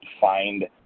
find